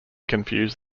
confuse